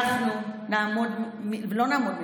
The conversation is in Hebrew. אנחנו לא נעמוד מנגד.